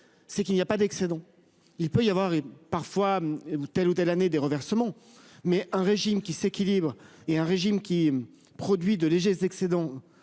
qu'il n'y a pas d'excédent. Il peut y avoir parfois, telle ou telle année, des reversements. Mais un régime qui s'équilibre et qui produit de légers excédents